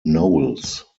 knowles